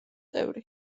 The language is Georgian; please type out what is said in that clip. წევრი